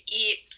eat